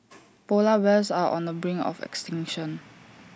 Polar Bears are on the brink of extinction